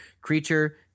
creature